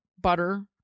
butter